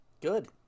good